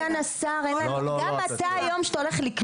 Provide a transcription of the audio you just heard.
יושב ראש הוועדה,